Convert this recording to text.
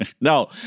No